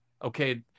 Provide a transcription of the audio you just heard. Okay